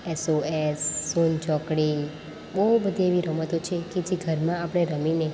SOS શૂન્ય ચોકડી બહુ બધી એવી રમતો છે કે જે ઘરમાં આપણે રમીને